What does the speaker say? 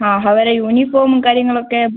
ആ അവരെ യൂനിഫോമും കാര്യങ്ങളൊക്കെ